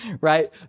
right